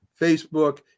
Facebook